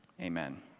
Amen